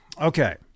Okay